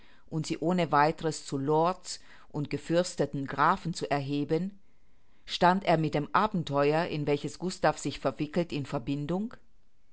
und sie ohne weiteres zu lords und gefürsteten grafen zu erheben stand er mit dem abenteuer in welches gustav sich verwickelt in verbindung